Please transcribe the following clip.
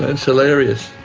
it's hilarious